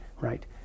right